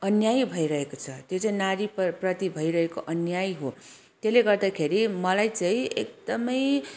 अन्याय भइरहेको छ त्यो चाहिँ नारीप्रति भइरहेको अन्याय हो त्यसले गर्दाखेरि मलाई चाहिँ एकदमै